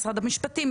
משרד המשפטים,